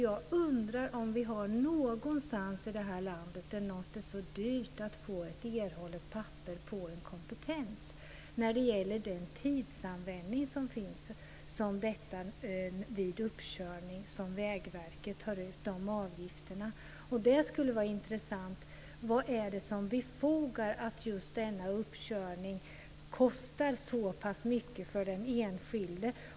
Jag undrar om det någon annanstans i landet är så dyrt att få ett papper på en erhållen kompetens. Jag tänker på den tidsanvändning som går åt och de avgifter som Vägverket tar ut vid uppkörning. Det skulle vara intressant att höra vad det är som befogar att just denna uppkörning kostar så pass mycket för den enskilde.